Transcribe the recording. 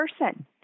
person